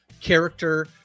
character